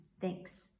Thanks